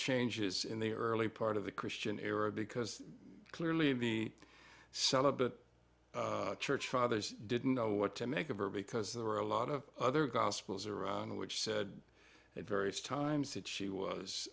changes in the early part of the christian era because clearly the celibate church fathers didn't know what to make of her because there were a lot of other gospels around which said at various times that she was